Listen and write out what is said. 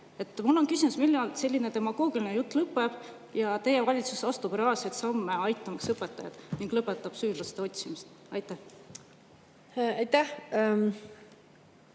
Mul on küsimus: millal selline demagoogiline jutt lõpeb ja teie valitsus astub reaalseid samme, aitamaks õpetajaid, ning lõpetab süüdlaste otsimise? Aitäh!